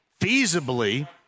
feasibly